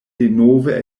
denove